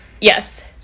yes